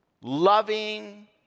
loving